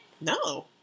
no